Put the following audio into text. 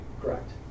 correct